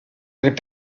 les